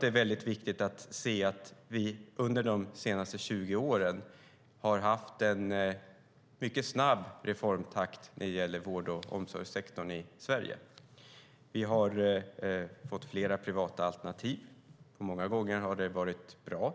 Det är viktigt att se att vi under de senaste 20 åren har haft en mycket snabb reformtakt i vård och omsorgssektorn i Sverige. Vi har fått flera privata alternativ. Många gånger har det varit bra.